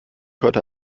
heute